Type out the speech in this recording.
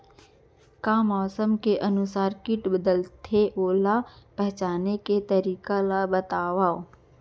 का मौसम के अनुसार किट बदलथे, ओला पहिचाने के तरीका ला बतावव?